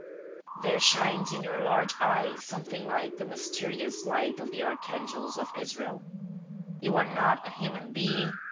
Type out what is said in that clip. there shines in your large eyes something like the mysterious light of the archangels of israel you are not a human being.